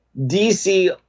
DC